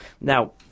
now